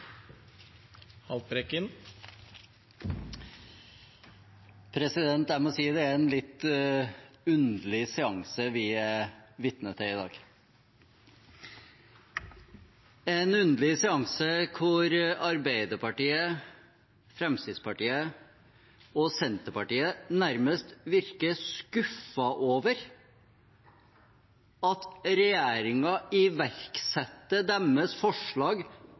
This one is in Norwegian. en litt underlig seanse vi er vitne til i dag – en underlig seanse hvor Arbeiderpartiet, Fremskrittspartiet og Senterpartiet nærmest virker skuffet over at regjeringen iverksetter deres forslag